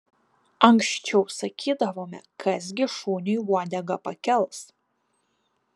anksčiau sakydavome kas gi šuniui uodegą pakels